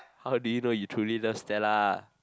how did you know you truly love Stella